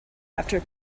after